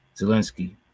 Zelensky